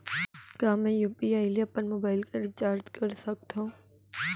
का मैं यू.पी.आई ले अपन मोबाइल के रिचार्ज कर सकथव?